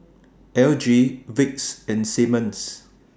L G Vicks and Simmons